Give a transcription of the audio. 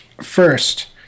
First